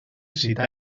cita